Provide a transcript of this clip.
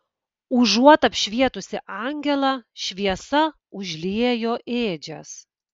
užuot apšvietusi angelą šviesa užliejo ėdžias